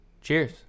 Cheers